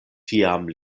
tiam